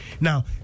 Now